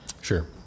Sure